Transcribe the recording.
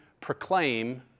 proclaim